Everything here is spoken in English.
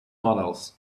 models